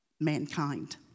mankind